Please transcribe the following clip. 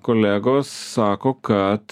kolegos sako kad